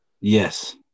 Yes